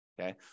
Okay